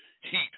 heat